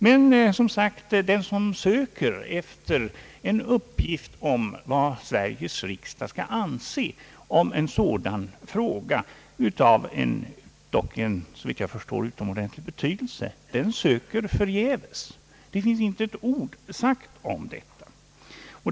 Men, som sagt, den som söker efter en uppgift om vad Sveriges riksdag skall anse i en sådan fråga — som dock såvitt jag förstår har utomordentlig betydelse — söker förgäves. Det finns inte ett ord sagt om detta.